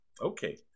Okay